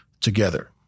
together